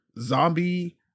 zombie